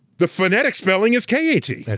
the phonetic spelling is k a t, and